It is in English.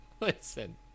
Listen